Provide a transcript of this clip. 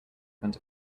front